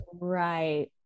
Right